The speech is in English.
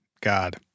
God